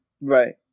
Right